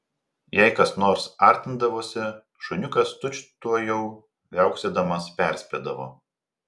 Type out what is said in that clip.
jei kas nors artindavosi šuniukas tučtuojau viauksėdamas perspėdavo